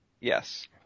Yes